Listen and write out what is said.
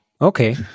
Okay